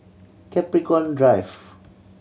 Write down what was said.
Capricorn Drive